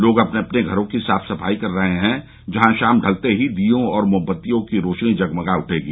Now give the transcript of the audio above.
लोग अपने अपने घरो की साफ सफाई कर रहे हैं जहां शाम ढ़लते ही दीओं और मोमबत्तियों की रौशनी जगमगा उठेगी